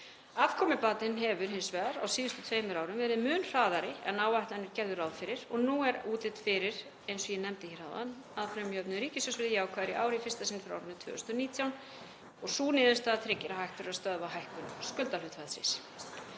Afkomubatinn hefur hins vegar á síðustu tveimur árum verið mun hraðari en áætlanir gerðu ráð fyrir og nú er útlit fyrir, eins og ég nefndi hér áðan, að frumjöfnuður ríkissjóðs verði jákvæður í ár í fyrsta sinn frá árinu 2019 og sú niðurstaða tryggir að hægt verður að stöðva hækkun skuldahlutfallsins.